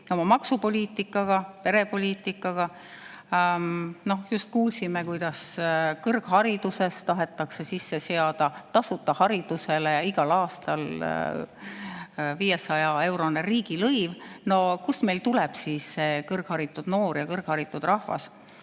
oma maksupoliitika ja perepoliitikaga. Just kuulsime, kuidas tasuta kõrgharidusele tahetakse sisse seada igal aastal 500-eurone riigilõiv. No kust meil tuleb siis kõrgharitud noor ja kõrgharitud rahvas?